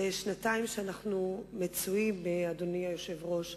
זה שנתיים אנחנו מצויים, אדוני היושב-ראש,